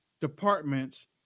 departments